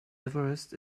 everest